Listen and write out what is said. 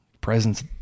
presence